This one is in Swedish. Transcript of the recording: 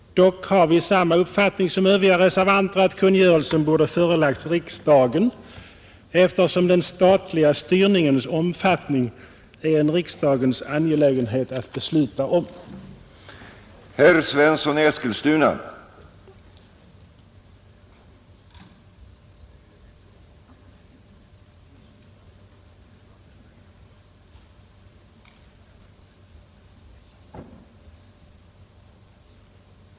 Dock har vi samma uppfattning som övriga reservanter, att Granskning av statskungörelsen borde ha förelagts riksdagen, eftersom den statliga styrrådens ämbetsutövningens omfattning är en riksdagens angelägenhet att besluta om. ning m.m.